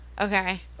Okay